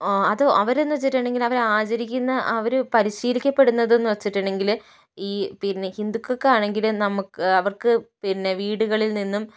ഓ അത് അവരെന്ന് വെച്ചിട്ടുണ്ടെങ്കിൽ അവർ ആചരിക്കുന്ന അവർ പരിശീലിക്കപ്പെടുന്നതെന്ന് വെച്ചിട്ടുണ്ടെങ്കിൽ ഈ പിന്നെ ഹിന്ദുക്കൾക്കാണെങ്കിൽ നമുക്ക് അവർക്ക് പിന്നെ വീടുകളിൽ നിന്നും